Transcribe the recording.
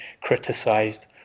criticised